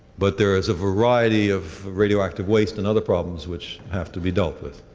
but there is a variety of radioactive waste and other problems which have to be dealt with.